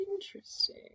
Interesting